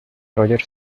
roger